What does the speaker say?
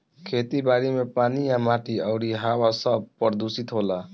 खेती बारी मे पानी आ माटी अउरी हवा सब प्रदूशीत होता